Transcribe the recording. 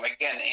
again